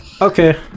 Okay